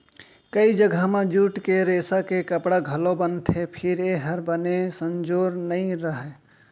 कइ जघा म जूट के रेसा के कपड़ा घलौ बनथे फेर ए हर बने संजोर नइ रहय